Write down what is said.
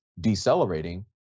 decelerating